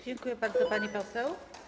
Dziękuję bardzo, pani poseł.